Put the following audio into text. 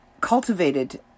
cultivated